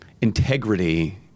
integrity